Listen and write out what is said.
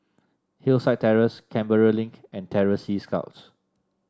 Hillside Terrace Canberra Link and Terror Sea Scouts